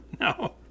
No